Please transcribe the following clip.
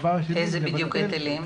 איזה היטלים?